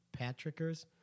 Patrickers